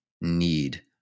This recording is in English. need